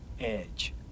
edge